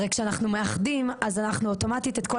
הרי כשאנחנו מאחדים אז אוטומטית את כל